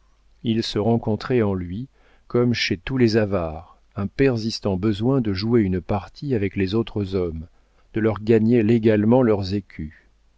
il se rencontrait en lui comme chez tous les avares un persistant besoin de jouer une partie avec les autres hommes de leur gagner légalement leurs écus